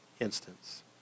instance